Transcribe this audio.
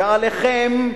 ועליכם,